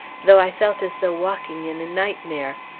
though i felt as though walking in a nightmare.